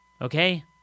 Okay